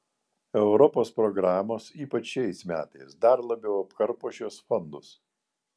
europos programos ypač šiais metais dar labiau apkarpo šiuos fondus